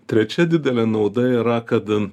trečia didelė nauda yra kad